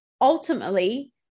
Ultimately